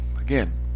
again